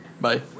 Bye